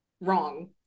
wrong